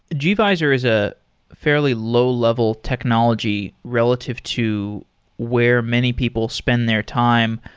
gvisor is a fairly low-level technology relative to where many people spend their time.